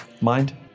mind